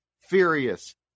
furious